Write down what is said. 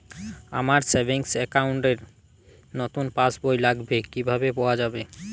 আমার savings account র নতুন পাসবই লাগবে কিভাবে পাওয়া যাবে?